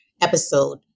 episode